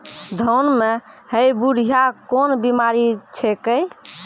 धान म है बुढ़िया कोन बिमारी छेकै?